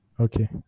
Okay